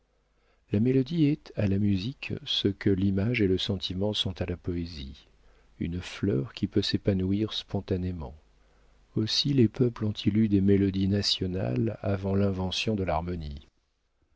la mélodie est à la musique ce que l'image et le sentiment sont à la poésie une fleur qui peut s'épanouir spontanément aussi les peuples ont-ils eu des mélodies nationales avant l'invention de l'harmonie